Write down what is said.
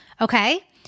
Okay